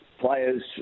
players